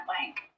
blank